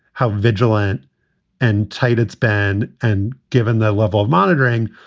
how vigilant and tight it's been and given the level of monitoring,